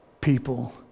people